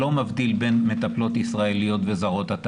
לא מבדיל בין מטפלות ישראליות וזרות,